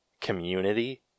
community